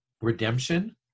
Redemption